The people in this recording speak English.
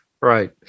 Right